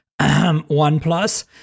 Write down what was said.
OnePlus